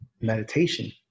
meditation